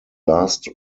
last